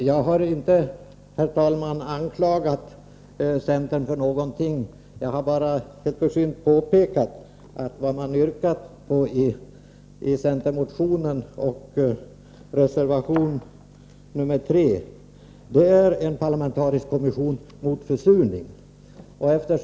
Herr talman! Jag har inte anklagat centern för någonting. Jag har bara helt försynt påpekat att det som man har yrkat på i centermotionen och i reservation 3 är en parlamentarisk kommission mot försurning.